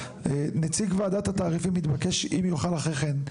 נציג ועדת התעריפים מתבקש, אם יוכל אחרי כן,